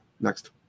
Next